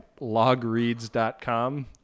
logreads.com